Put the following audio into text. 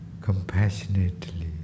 compassionately